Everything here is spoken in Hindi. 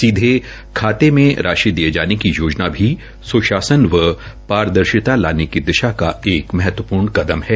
सीधे खाते में राशि दिये जाने की योजना भी सुशासन व पारदर्शिता लाने की दिशा का एक महत्वपूर्ण कदम है